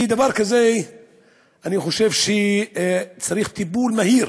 אני חושב שצריך טיפול מהיר